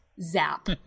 Zap